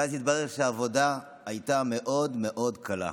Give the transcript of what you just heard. ואז התברר שהעבודה הייתה מאוד מאוד קלה.